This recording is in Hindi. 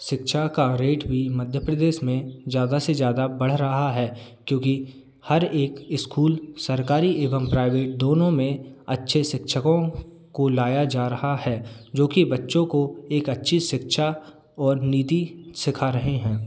सिक्षा का रेट भी मध्य प्रदेश में ज़्यादा से ज़्यादा बढ़ रहा है क्योंकि हर एक स्कूल सरकारी एवं प्राइवेट दोनों में अच्छे सिक्षकों को लाया जा रहा है जो कि बच्चों को एक अच्छी शिक्षा और नीति सिखा रहे हैं